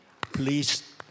please